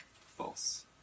False